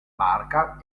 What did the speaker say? barca